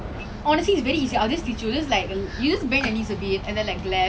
dey if you know oh ya I know rollerblade lah so I can ice skate lah dey it's quite fun actually